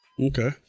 Okay